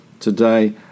Today